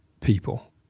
people